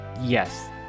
Yes